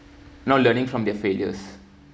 not learning from their failures